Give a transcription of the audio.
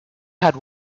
had